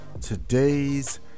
today's